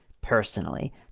Personally